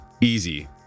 Easy